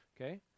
Okay